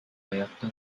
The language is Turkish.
ayakta